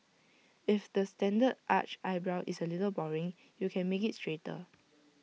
if the standard arched eyebrow is A little boring you can make IT straighter